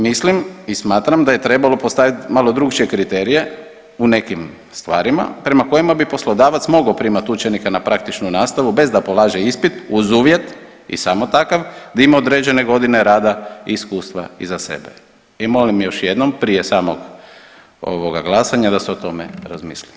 Mislim i smatram da je trebalo postaviti malo drukčije kriterije u nekim stvarima, prema kojima bi poslodavac mogao primati učenike na praktičnu nastavu bez da polaže ispit uz uvjet i samo takav, da ima određene godine rada i iskustva iza sebe i molim još jednom, prije samog ovoga glasanja da se o tome razmisli.